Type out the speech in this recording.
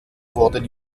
wurden